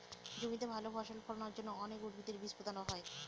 জমিতে ভালো ফসল ফলানোর জন্য অনেক উদ্ভিদের বীজ পোতা হয়